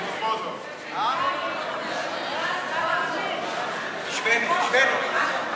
של קבוצת סיעת המחנה הציוני לסעיף 1 לא נתקבלה.